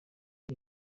iyi